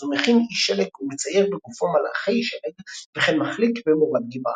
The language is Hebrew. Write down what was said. אז הוא מכין איש שלג ומצייר בגופו מלאכי שלג וכן מחליק במורד גבעה.